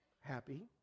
happy